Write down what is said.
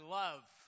love